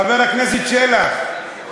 חבר הכנסת שלח,